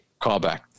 Callback